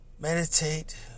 Meditate